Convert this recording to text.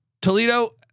Toledo